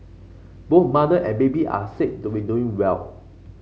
both mother and baby are said to be doing well